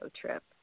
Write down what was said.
trip